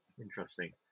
Interesting